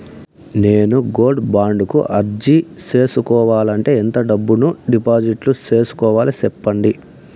నేను gold bond కు అర్జీ సేసుకోవాలంటే ఎంత డబ్బును డిపాజిట్లు సేసుకోవాలి సెప్పండి